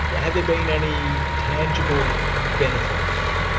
have there been any tangible benefits?